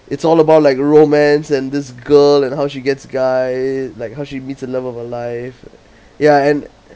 it's all about like romance and this girl and how she gets a guy like how she meets the love of her life ya and